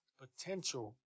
potential